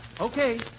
Okay